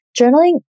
journaling